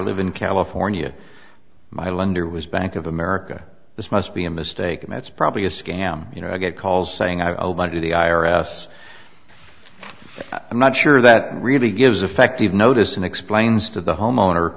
live in california my lender was bank of america this must be a mistake and that's probably a scam you know i get calls saying i'll buy to the i r s i'm not sure that really gives effective notice and explains to the homeowner